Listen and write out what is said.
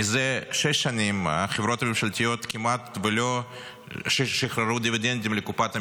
מזה שש שנים החברות הממשלתיות כמעט ולא שחררו דיבידנדים לקופת המדינה.